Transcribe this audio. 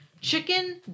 Chicken